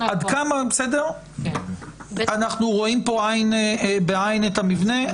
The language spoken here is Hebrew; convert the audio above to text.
אנחנו רואים עין בעין את המבנה?